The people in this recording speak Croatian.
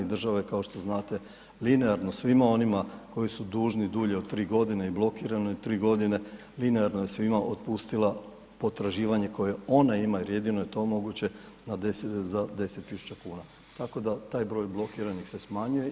Država je kao što znate linearno svima onima koji su dužni dulje od tri godine i blokirani tri godine linearno je svima otpustila potraživanje koje ona ima jer jedino je to moguće za 10 tisuća kuna, tako da broj blokiranih se smanjuje.